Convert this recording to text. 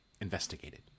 investigated